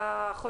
איזה היסטוריה?